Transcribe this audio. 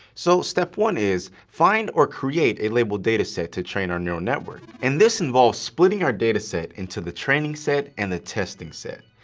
so step one is find or create a labeled dataset to train our neural network. and this involves splitting our dataset into the training set and the testing set.